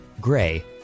Gray